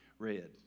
Red